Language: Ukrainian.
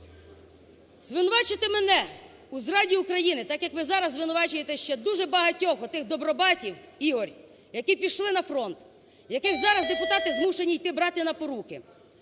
Звинувачувати мене у зраді України, так, як ви зараз звинувачуєте ще дуже багатьох отих добробатів, Ігорю, які пішли на фронт, яких зараз депутати змушені йти, брати на поруки,